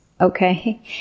Okay